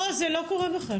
לא, זה לא קורה בכלל.